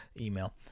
email